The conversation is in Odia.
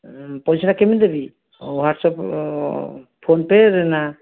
ପଇସା ଟା କେମିତି ଦେବି ହ୍ବାଟସଆପ ଫୋନ ପେ ରେ ନା